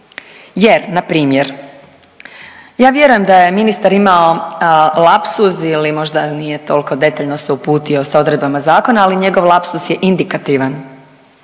Jer na primjer ja vjerujem da je ministar imao lapsus ili možda nije toliko detaljno se uputio sa odredbama zakona, ali njegov lapsus je indikativan.